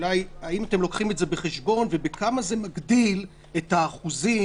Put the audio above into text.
האם אתם לוקחים את זה בחשבון ובכמה זה מגדיל את האחוזים